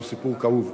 הוא סיפור כאוב.